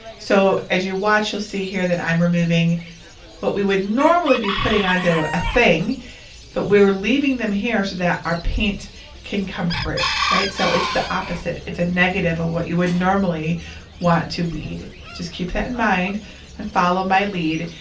so as you watch you'll see here that i'm removing what we would normally be putting onto a thing but we're leaving them here so that our paint can come through, right? so it's the opposite. it's a negative of what you would normally want to weed. just keep that in mind and follow my lead.